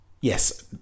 yes